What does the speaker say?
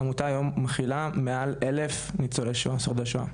העמותה היום מכילה מעל 1,000 שורדי שואה.